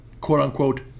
quote-unquote